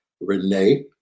Renee